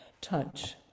Touch